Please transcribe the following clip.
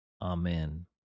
Amen